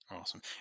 Awesome